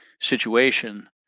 situation